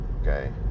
okay